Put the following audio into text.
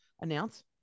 announce